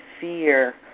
fear